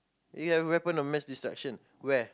you got weapon to mess this direction where